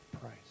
price